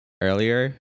earlier